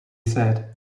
said